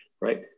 Right